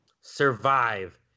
survive